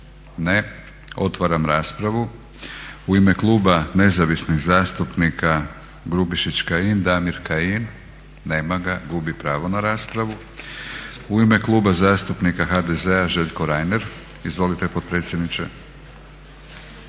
Ne. Otvaram raspravu. U ime Kluba Nezavisnih zastupnika Grubišić-Kajin Damir Kajin. Nema ga, gubi pravo na raspravu. U ime Kluba zastupnika HDZ-a Željko Reiner. Izvolite potpredsjedniče.